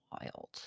wild